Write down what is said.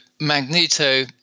Magneto